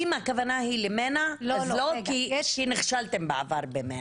אם הכוונה היא למנע, אז לא כי נכשלתם בעבר במנע.